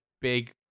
big